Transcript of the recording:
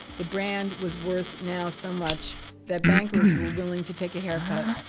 the brand was worth now so much that bankers were willing to take a haircut